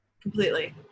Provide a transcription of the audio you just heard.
Completely